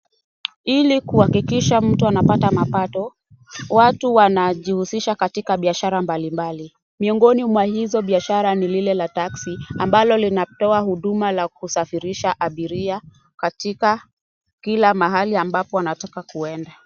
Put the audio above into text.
Ili kuhakikisha mtu anapata mapato, watu wanajihusisha katika biashara mbali mbali. Miongoni mwa hizo biashara ni lile la taxi ambalo linatoa huduma la kusafirisha abiria katika kila mahali anataka kwenda.